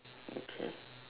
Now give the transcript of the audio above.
okay